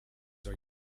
are